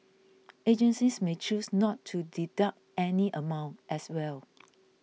agencies may choose not to deduct any amount as well